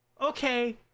Okay